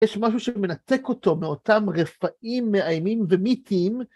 ‫יש משהו שמנתק אותו ‫מאותם רפאים מאיימים ומיתיים.